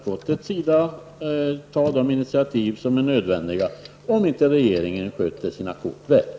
Sköter inte regeringen sina kort väl, får vi här i riksdagen ta nödvändiga initiativ.